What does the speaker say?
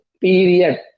period